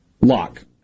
lock